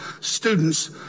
students